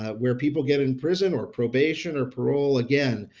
where people get in prison or probation or parole again,